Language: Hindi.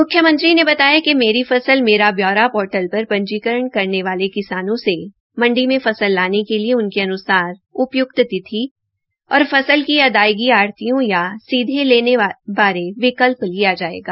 म्ख्यमंत्री ने बताया कि मेरी फसल मेरा ब्यौरा पोर्टल पर पंजीकरण करने वाले किसानों से मंडी में फसल लाने के लिए उनके अनुसार उपयुक्त तिथि और फसल की अदायगी आढ़तियों या सीधे लेने बारे विकल्प लिया जायेगा